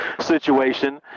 situation